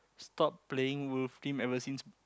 stopped played WolfTeam ever since